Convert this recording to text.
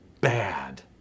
bad